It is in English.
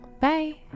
Bye